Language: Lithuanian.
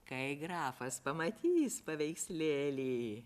kai grafas pamatys paveikslėlį